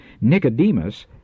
Nicodemus